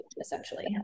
essentially